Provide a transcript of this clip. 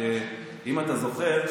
שאם אתה זוכר,